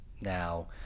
Now